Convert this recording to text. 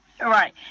Right